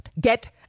Get